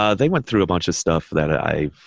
ah they went through a bunch of stuff that i,